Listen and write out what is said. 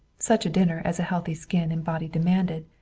such a dinner as a healthy skin and body demanded.